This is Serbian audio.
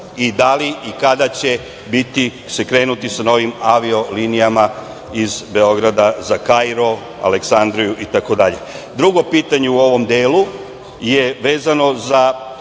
I, da li i kada će se krenuti sa novim avio linijama iz Beograda za Kairo, Aleksandriju i tako dalje? Drugo pitanje u ovom delu je vezano za